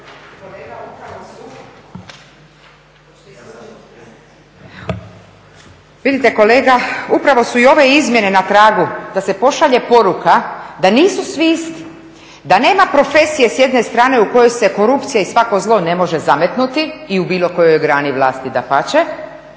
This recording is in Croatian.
kolega, upravo su i ove izmjene na tragu da se pošalje poruka da nisu svi isti, da nema profesije s jedne strane u kojoj se korupcija i svako zlo ne može zametnuti i u bilo kojoj grani vlasti, dapače,